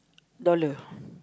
dollar